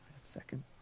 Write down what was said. second